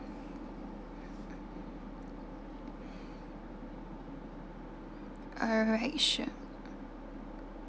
alright sure